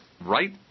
right